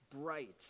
bright